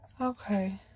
okay